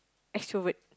extrovert